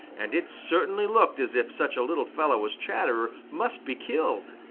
and it certainly looked as if such a little fellow as chatterer must be killed.